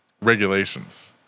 regulations